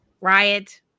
riot